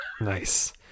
Nice